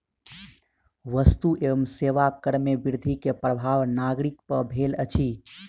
वस्तु एवं सेवा कर में वृद्धि के प्रभाव नागरिक पर भेल अछि